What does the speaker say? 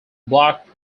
block